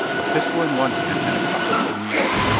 a pistol in one hand and a cutlass in the other.